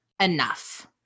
enough